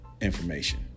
information